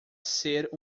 ser